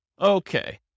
Okay